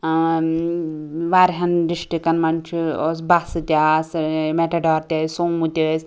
ٲں واریاہَن ڈسٹِرٛکَن مَنٛز چھُ ٲس بَسہٕ تہِ آسہٕ میٚٹاڈار تہِ ٲسۍ سوموٗ تہِ ٲسۍ